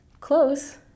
close